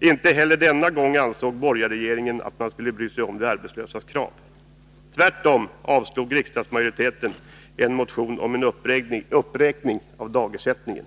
Inte heller denna gång ansåg borgarregeringen att man skulle bry sig om de arbetslösas krav. Tvärtom avslog riksdagsmajoriteten en motion om en uppräkning av dagersättningen.